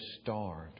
starved